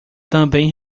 também